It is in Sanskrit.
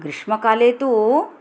ग्रिष्मकाले तु